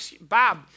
Bob